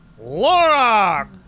Laura